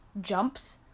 jumps